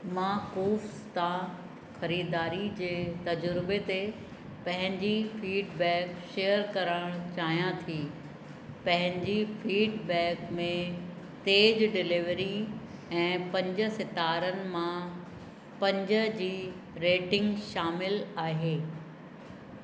मां कूव्स तां ख़रीदारी जे तज़ुर्बे ते पंहिंजी फीडबैक शेयर करण चाहियां थी पंहिंजी फीडबैक में तेज डिलीवरी ऐं पंज सितारनि मां पंज जी रेटिंग शामिलु आहे